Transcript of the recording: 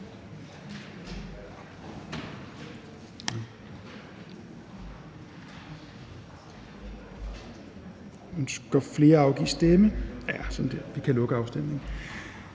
Vi kan lukke afstemningen.